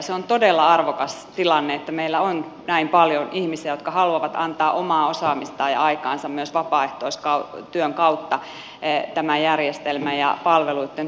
se on todella arvokas tilanne että meillä on näin paljon ihmisiä jotka haluavat antaa omaa osaamistaan ja aikaansa myös vapaaehtoistyön kautta tämän järjestelmän ja palveluitten tukemiseen